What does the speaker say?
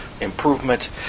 improvement